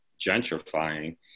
gentrifying